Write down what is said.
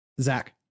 Zach